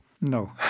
No